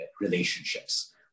relationships